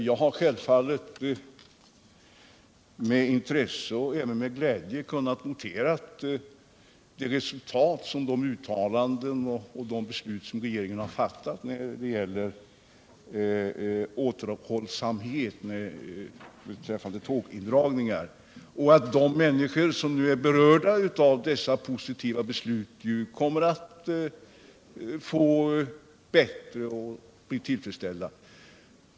Jag har självfallet med intresse och glädje noterat de uttalanden som har gjorts och de beslut som har fattats av regeringen om återhållsamhet med tågindragningar. De människor som berörs av dessa positiva beslut kommer självfallet att bli tillfredsställda med att de får bättre kommunikationer.